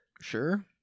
Sure